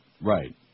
Right